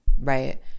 right